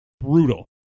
Brutal